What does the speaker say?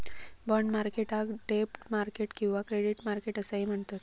bond मार्केटाक डेब्ट market किंवा क्रेडिट मार्केट असाही म्हणतत